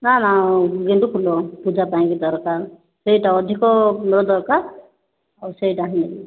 ନା ନା ଗେଣ୍ଡୁ ଫୁଲ ପୂଜା ପାଇଁକି ଦରକାର ସେଇଟା ଅଧିକ ଫୁଲ ଦରକାର ଆଉ ସେଇଟା ହିଁ